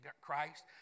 Christ